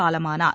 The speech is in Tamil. காலமானார்